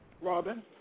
Robin